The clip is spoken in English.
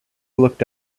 looked